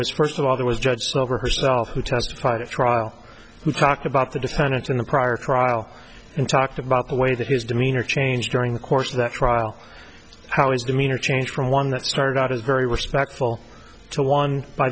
was first of all there was a judge over herself who testified at trial who talked about the defendants in a prior trial and talked about the way that his demeanor changed during the course of that trial how his demeanor changed from one that started out as very respectful to one by